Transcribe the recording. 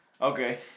okay